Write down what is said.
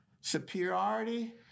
Superiority